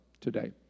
today